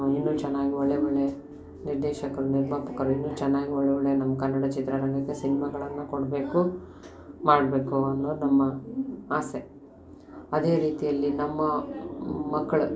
ಇನ್ನೂ ಚೆನ್ನಾಗಿ ಒಳ್ಳೆಯ ಒಳ್ಳೆಯ ನಿರ್ದೇಶಕರು ನಿರ್ಮಾಪಕರು ಇನ್ನೂ ಚೆನ್ನಾಗಿ ಒಳ್ಳೊಳ್ಳೆಯ ನಮ್ಮ ಕನ್ನಡ ಚಿತ್ರರಂಗಕ್ಕೆ ಸಿನ್ಮಗಳನ್ನು ಕೊಡಬೇಕು ಮಾಡಬೇಕು ಅನ್ನೋದು ನಮ್ಮ ಆಸೆ ಅದೇ ರೀತಿಯಲ್ಲಿ ನಮ್ಮ ಮಕ್ಕಳು